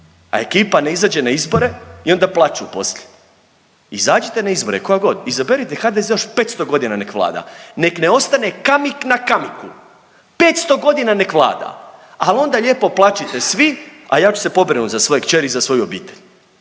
a ekipa ne izađe na izbore i onda plaču poslije. Izađite na izbore kako god, izaberite, HDZ još 500.g. nek vlada, nek ne ostane kamik na kamiku, 500.g. nek vlada, al onda lijepo plačite svi, a ja ću se pobrinut za svoje kćeri i za svoju obitelj,